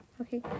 okay